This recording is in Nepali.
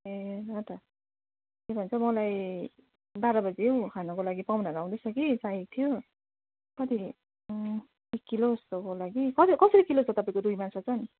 ए हो त त्यही त तपाईँलाई बाह्र बजे हौ खानको लागि पाहुनाहरू आउँदैछ कि चाहिएको थियो कति एक किलो जस्तो होला कि कसरी कसरी किलो छ तपाईँको रुई माछा चाहिँ